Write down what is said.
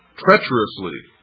treacherously,